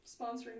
sponsoring